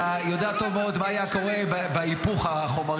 אתה יודע טוב מאוד מה היה קורה בהיפוך החומרים,